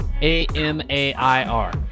A-M-A-I-R